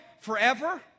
forever